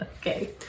okay